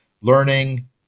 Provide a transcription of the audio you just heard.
learning